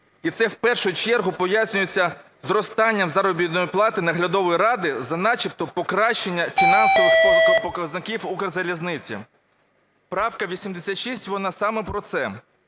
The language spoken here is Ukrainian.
І це в першу чергу пояснюється зростанням заробітної плати наглядової ради за начебто покращення фінансових показників Укрзалізниці". Правка 86, вона саме про це.